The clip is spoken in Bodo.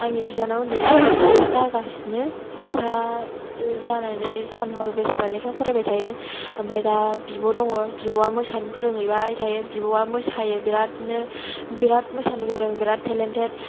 आंनि बिनानाव उन्दैना फरिखा जागासिनो फरिखा जानानै सान हर बेसारा लेखा फरायबाय थायो ओमफ्राय दा बिब' दङ बिब'आ मोसानो फोरोंहैबाय थायो बिब' आ मोसायो बिरादनो बिराद मोसानो गोरों बिराद तेलेन्टेट